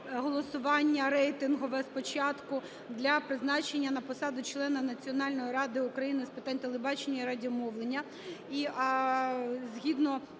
голосування рейтингове спочатку для призначення на посаду члена Національної ради України з питань телебачення і радіомовлення.